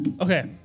Okay